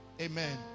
Amen